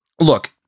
look